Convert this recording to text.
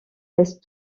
laisse